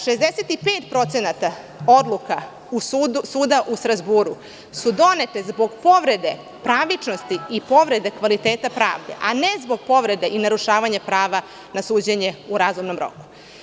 65% odluka suda u Strazburu su donete zbog povrede pravičnosti i povrede kvaliteta pravde, a ne zbog povrede i narušavanja prava na suđenje u razumnom roku.